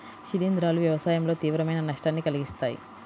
శిలీంధ్రాలు వ్యవసాయంలో తీవ్రమైన నష్టాన్ని కలిగిస్తాయి